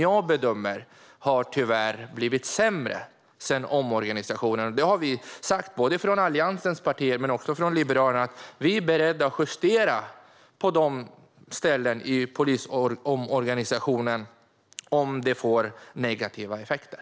Jag bedömer att denna förmåga tyvärr har blivit sämre sedan omorganisationen, och Liberalerna och övriga Alliansen har sagt sig vara beredda att justera omorganisationen om den får negativa effekter.